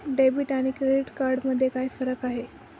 Debit आणि credit card मध्ये काय फरक आहे?